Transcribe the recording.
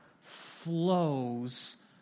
flows